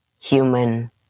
human